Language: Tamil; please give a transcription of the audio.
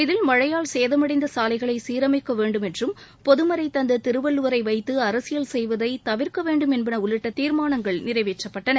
இதில் மழையால் சேதமடைந்த சாலைகளை சீரமைக்க வேண்டும் என்றும் பொதுமறை தந்த திருவள்ளுவரை வைத்து அரசியல் செய்வதை தவிர்க்க வேண்டும் என்பன உள்ளிட்ட தீர்மானங்கள் நிறைவேற்றப்பட்டன